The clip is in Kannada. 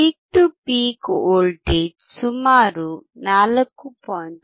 ಪೀಕ್ ಟು ಪೀಕ್ ವೋಲ್ಟೇಜ್ ಸುಮಾರು 4